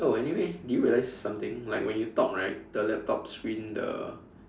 oh anyway do you realize something like when you talk right the laptop screen the